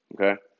Okay